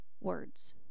words